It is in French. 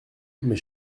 mais